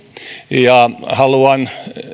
ja haluan